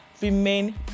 remain